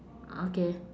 okay